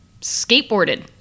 skateboarded